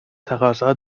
تقاضا